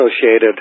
associated